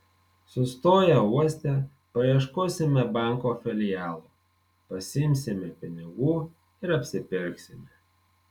sustoję uoste paieškosime banko filialo pasiimsime pinigų ir apsipirksime